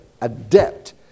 adept